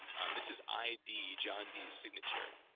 and this is i d. john dee's signature